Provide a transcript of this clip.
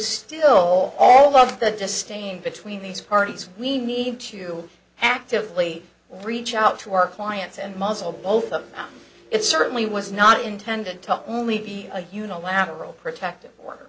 still all of the distain between these parties we need to actively reach out to our clients and muzzle both of it certainly was not intended to only be a unilateral protective order